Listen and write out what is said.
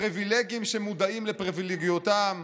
"הפריבילגים שמודעים לפריבילגיותם".